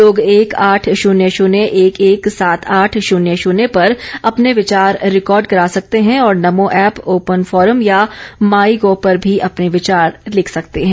लोग एक आठ शून्य शून्य एक एक सात आठ शून्य शून्य पर अपने विचार रिकॉर्ड करा सकते हैं और नमो ऐप ओपन फोरम या माई गोव पर भी अपने विचार लिख सकते हैं